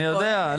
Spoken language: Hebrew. אני יודע,